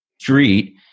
street